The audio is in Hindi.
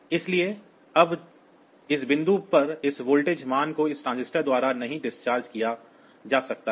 इसलिए अब इस बिंदु पर इस वोल्टेज मान को इस ट्रांजिस्टर द्वारा नहीं डिस्चार्ज किया जा सकता है